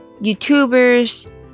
YouTubers